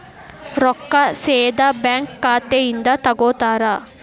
ರೊಕ್ಕಾ ಸೇದಾ ಬ್ಯಾಂಕ್ ಖಾತೆಯಿಂದ ತಗೋತಾರಾ?